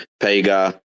Pega